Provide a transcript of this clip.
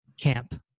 camp